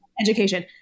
education